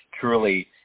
truly